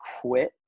quit